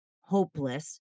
hopeless